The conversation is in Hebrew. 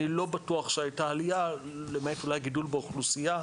אני לא בטוח שהייתה עלייה למעט אולי גידול באוכלוסייה.